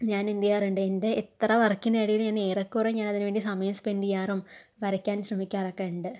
ഞനെന്ത് ചെയ്യാറുണ്ട് എൻ്റെ എത്ര വർക്കിനിടയിലും ഞാൻ ഏറെക്കുറെ ഞാൻ അതിന് വേണ്ടി സമയം സ്പെന്റ് ചെയ്യാറും വരയ്ക്കാൻ ശ്രമിക്കാറൊക്കെ ഉണ്ട്